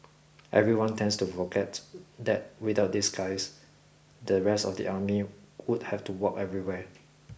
everyone tends to forget that without these guys the rest of the army would have to walk everywhere